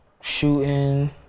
shooting